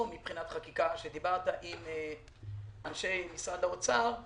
מבחינת חקיקה דיברת עם אנשי משרד האוצר,